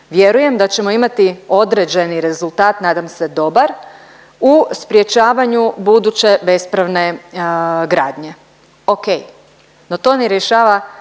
vjerujem da ćemo imati određeni rezultat, nadam se dobar, u sprječavanju buduće bespravne gradnje. Ok, no to ne rješava